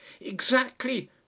Exactly